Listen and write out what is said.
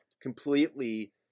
completely